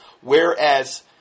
Whereas